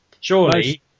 Surely